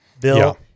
Bill